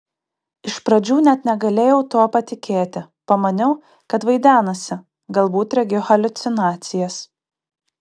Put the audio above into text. iš pradžių net negalėjau tuo patikėti pamaniau kad vaidenasi galbūt regiu haliucinacijas